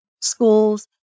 schools